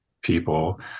people